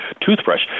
toothbrush